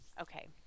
okay